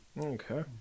okay